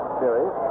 series